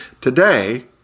Today